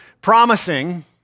promising